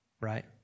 right